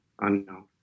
unknown